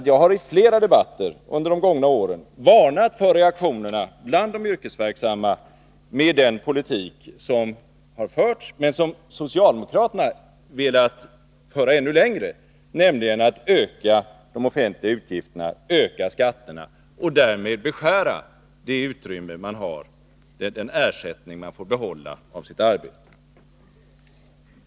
Jag har i flera debatter under de gångna åren varnat för reaktionerna bland de yrkesverksamma med den politik som förts men som socialdemokraterna velat föra ännu längre, nämligen att öka de offentliga utgifterna, höja skatterna och därmed beskära den ersättning för sitt arbete som man får behålla.